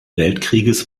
weltkrieges